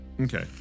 Okay